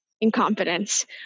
incompetence